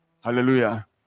hallelujah